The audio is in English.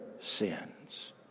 sins